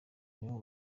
nibo